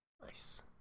nice